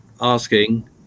asking